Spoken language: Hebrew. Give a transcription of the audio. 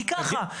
כי ככה.